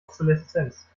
obsoleszenz